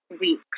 Week